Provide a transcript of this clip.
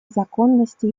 законности